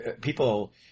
people